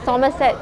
somerset